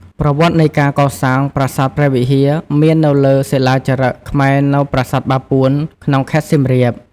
ប្រវត្តិនៃការកសាងប្រាសាទព្រះវិហារ មាននៅលើសិលាចារឹកខ្មែរនៅ ប្រាសាទបាពួន ក្នុងខេត្តសៀមរាប។